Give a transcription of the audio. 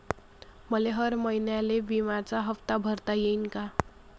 मले हर महिन्याले बिम्याचा हप्ता भरता येईन का?